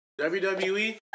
WWE